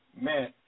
man